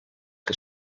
que